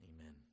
Amen